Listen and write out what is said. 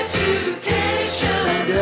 Education